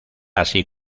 así